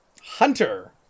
Hunter